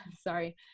sorry